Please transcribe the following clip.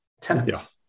tenants